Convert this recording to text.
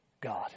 God